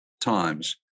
times